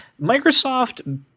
Microsoft